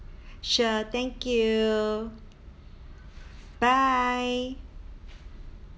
sure thank you bye